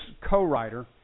co-writer